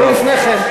ולא לפני כן.